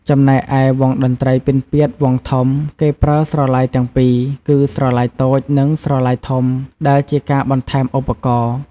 ចំណែកឯវង់តន្ត្រីពិណពាទ្យវង់ធំ គេប្រើស្រឡៃទាំងពីរ គឺស្រឡៃតូច និងស្រឡៃធំ ដែលជាការបន្ថែមឧបករណ៍។